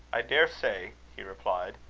i daresay, he replied,